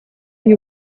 you